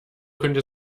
könnte